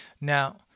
Now